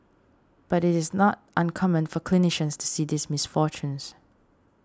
but it is not uncommon for clinicians to see these misfortunes